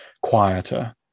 quieter